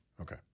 Okay